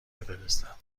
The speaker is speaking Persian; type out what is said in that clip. بفرستم